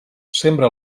sembra